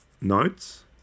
notes